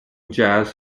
jazz